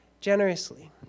generously